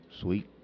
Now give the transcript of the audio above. sweet